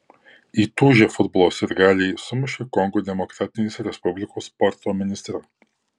įtūžę futbolo sirgaliai sumušė kongo demokratinės respublikos sporto ministrą